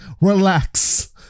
Relax